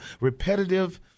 repetitive